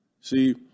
See